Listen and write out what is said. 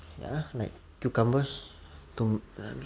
ya like cucumbers to~